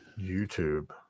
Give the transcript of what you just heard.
YouTube